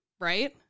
Right